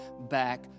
back